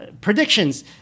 predictions